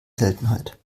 seltenheit